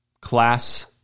class